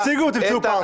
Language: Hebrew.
איתן,